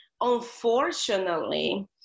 unfortunately